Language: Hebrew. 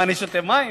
מה, אני שותה מים?